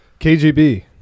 KGB